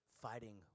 fighting